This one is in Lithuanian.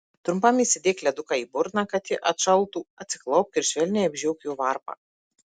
trumpam įsidėk leduką į burną kad ji atšaltų atsiklaupk ir švelniai apžiok jo varpą